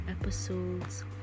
episodes